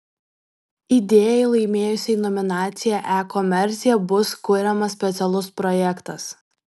idėjai laimėjusiai nominaciją e komercija bus kuriamas specialus projektas